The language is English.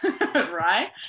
right